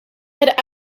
had